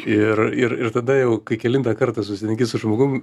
ir ir ir tada jau kai kelintą kartą susitinki su žmogum